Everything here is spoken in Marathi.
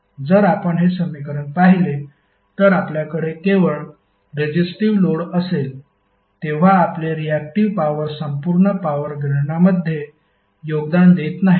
जर आपण हे समीकरण पाहिले तर आपल्याकडे केवळ रेजिस्टिव्ह लोड असेल तेव्हा आपले रियाक्टिव्ह पॉवर संपूर्ण पॉवर गणनामध्ये योगदान देत नाही